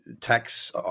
tax